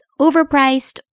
overpriced